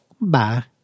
bye